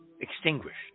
extinguished